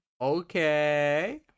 Okay